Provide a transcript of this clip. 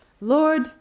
Lord